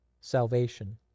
salvation